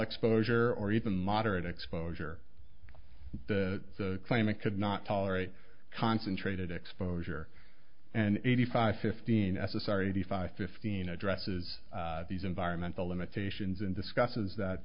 exposure or even moderate exposure the claimant could not tolerate concentrated exposure and eighty five fifteen s s r e d five fifteen addresses these environmental limitations and discusses that